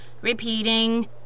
Repeating